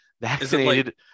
vaccinated